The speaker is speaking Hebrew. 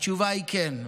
התשובה היא: כן,